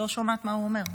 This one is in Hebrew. שומעת מה הוא אומר.